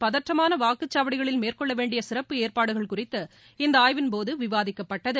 பதற்றமானவாக்குச் சாவடிகளில் மேற்கொள்ளவேண்டியசிறப்பு ஏற்பாடுகள் இந்தஆய்வின் போதுவிவாதிக்கப்பட்டது